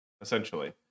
Essentially